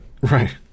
Right